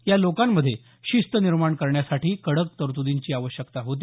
या लोकांमध्ये शिस्त निर्माण करण्यासाठी कडक तरतुदींची आवश्यकता होती